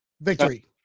Victory